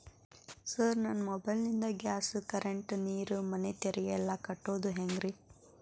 Sir ನನ್ನ mobile ನಿಂದ gas, current, ನೇರು, ಮನೆ ತೆರಿಗೆ ಎಲ್ಲಾ ಕಟ್ಟೋದು ಹೆಂಗ್ರಿ?